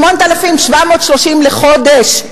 8,730 לחודש.